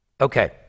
Okay